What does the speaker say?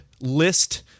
list